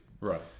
Right